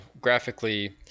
graphically